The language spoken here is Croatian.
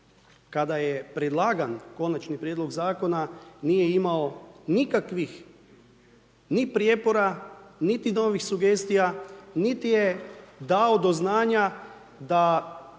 koja je predlagan konačni prijedlog zakona, nije imao nikakvih ni prijepora, niti novih sugestija, niti je dao do znanja, da